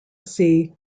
see